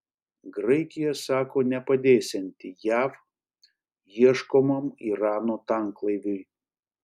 graikija sako nepadėsianti jav ieškomam irano tanklaiviui